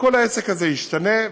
שכל העסק הזה ישתנה,